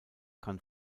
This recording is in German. kann